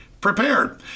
prepared